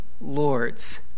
lords